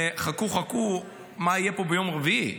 וחכו חכו מה יהיה פה ביום רביעי,